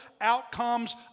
outcomes